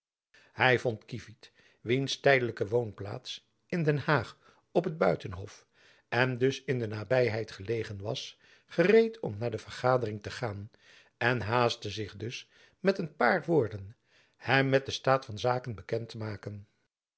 tijdelijke woonplaats in den jacob van lennep elizabeth musch haag op het buitenhof en dus in de nabyheid gelegen was gereed om naar de vergadering te gaan en haastte zich dus met een paar woorden hem met den staat van zaken bekend te maken